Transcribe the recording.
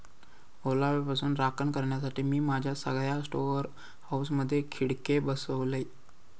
ओलाव्यापासना राखण करण्यासाठी, मी माझ्या सगळ्या स्टोअर हाऊसमधे खिडके बसवलय